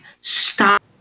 Stop